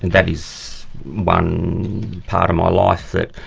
that is one part of my life that.